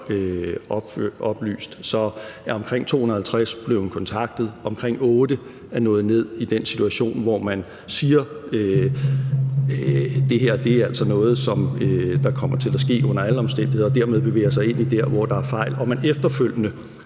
oplyst, er omkring 250 blevet kontaktet – omkring 8 er nået ned i den situation, hvor man siger: Det her er altså noget, der kommer til at ske under alle omstændigheder. Og dermed bevæger man sig i det, hvor der er fejl. Og man har efterfølgende